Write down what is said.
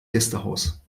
gästehaus